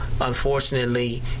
unfortunately